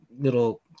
little